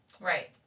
Right